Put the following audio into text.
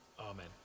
Amen